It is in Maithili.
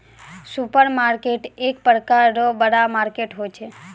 सुपरमार्केट एक प्रकार रो बड़ा मार्केट होय छै